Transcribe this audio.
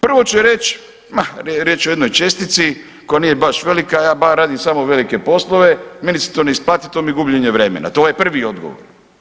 Prvo će reći, ma, riječ je o jednoj čestici koja nije baš velika, ja bar radim samo velike poslove, meni se to ne isplati, to mi je gubljenje vremena, to je prvi odgovor.